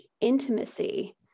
intimacy